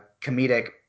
comedic